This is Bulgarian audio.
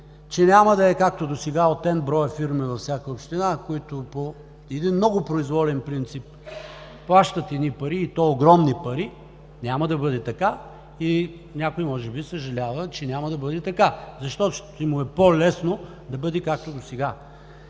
че няма да е, както досега – от „N“ броя фирми във всяка община, които по един много произволен принцип плащат едни пари и то огромни пари. Няма да бъде така. Някой може би съжалява, че няма да бъде така, защото ще му е по-лесно да бъде, както досега.